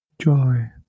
Joy